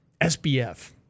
SBF